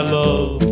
love